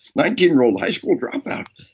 nineteen year old high school dropout.